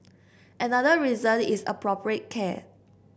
another reason is appropriate care